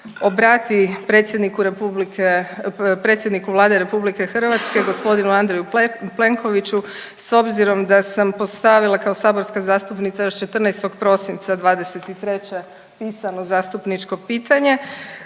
predsjedniku Vlade RH gospodinu Andreju Plenkoviću, s obzirom da sam postavila kao saborska zastupnica još 14. prosinca '23. pisano zastupničko pitanje,